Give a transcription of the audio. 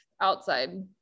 outside